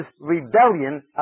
rebellion